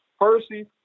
Percy